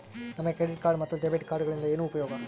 ನಮಗೆ credit card ಮತ್ತು debit ಕಾರ್ಡುಗಳಿಂದ ಏನು ಉಪಯೋಗ?